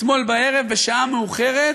אתמול בערב בשעה מאוחרת,